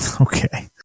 Okay